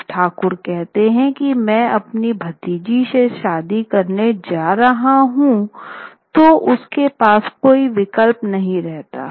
जब ठाकुर कहते हैं मैं अपनी भतीजी से शादी करने जा रहा हूं तो उसके पास कोई विकल्प नहीं था